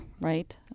right